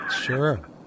sure